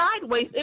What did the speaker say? sideways